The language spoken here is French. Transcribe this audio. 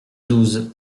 douze